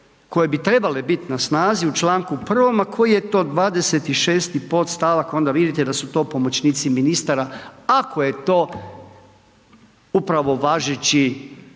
koje bi trebale biti na snazi u članku 1. a koji je to 26. podstavak, onda vidite da su to pomoćnici ministara ako je to upravo važeći